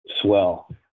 swell